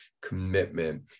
commitment